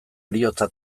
heriotza